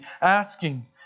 asking